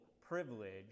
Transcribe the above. privilege